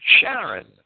Sharon